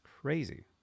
crazy